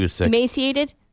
emaciated